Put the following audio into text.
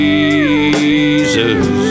Jesus